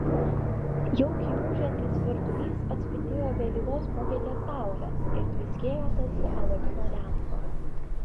jaukiai ūžiantis virdulys atspindėjo vėlyvos popietės saulę ir tviskėjo tarsi aladino lempa